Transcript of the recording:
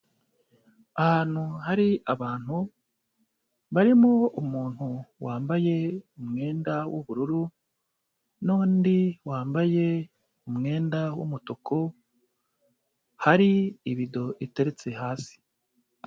Ahantu hari abantu barimo umuntu wambaye umwenda w'ubururu n'undi wambaye umwenda w'umutuku, hari ibido iteretse hasi.